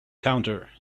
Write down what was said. counter